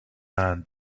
man